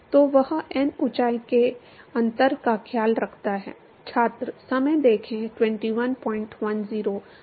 तो वह n ऊंचाई में अंतर का ख्याल रखता है